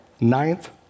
ninth